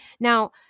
Now